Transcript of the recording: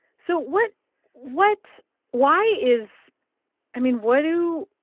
so what what why is i mean, what do